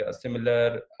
similar